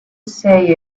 say